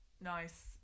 nice